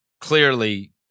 clearly